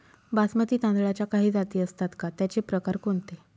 बासमती तांदळाच्या काही जाती असतात का, त्याचे प्रकार कोणते?